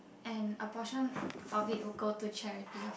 and a portion of it will go to charity of